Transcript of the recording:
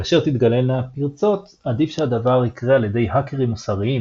כאשר תתגלנה פרצות עדיף שהדבר יקרה על ידי "האקרים מוסריים"